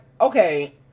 okay